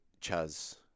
Chaz